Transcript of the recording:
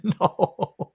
No